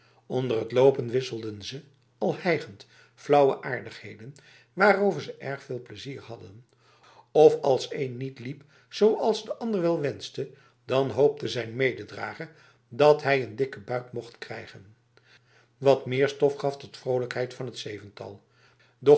onder het lopen wisselden ze al hijgend flauwe aardigheden waarover ze erg veel plezier hadden of als een niet liep zoals de ander wel wenste dan hoopte zijn mededrager dat hij een dikke buik mocht krijgen wat weer stof gaf tot vrolijkheid van het zevental